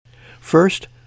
First